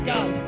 God